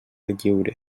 lliure